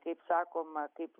kaip sakoma kaip